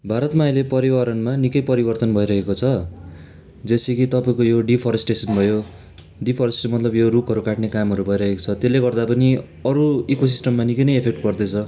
भारतमा अहिले परिवारणमा निकै परिवर्तन भइरहेको छ जैसे कि तपाईँको यो डिफरेस्टेसन भयो डिफरेस्टेसनको मतलब यो रुखहरू काट्ने कामहरू भइरहेको छ त्यसले गर्दा पनि अरू इकोसिस्टममा निकै नै एफेक्ट पर्दैछ